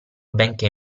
benchè